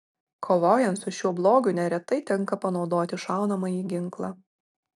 kovojant su šiuo blogiu neretai tenka panaudoti šaunamąjį ginklą